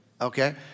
Okay